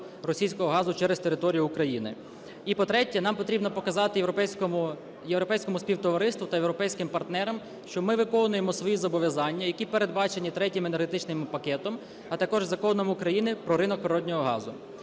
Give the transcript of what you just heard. російського газу через територію України. І, по-третє, нам потрібно показати європейському співтовариству та європейським партнерам, що ми виконуємо свої зобов'язання, які передбачені Третім енергетичним пакетом, а також Законом України "Про ринок природного газу".